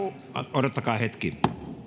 odottakaa hetki